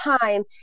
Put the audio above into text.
time